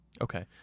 okay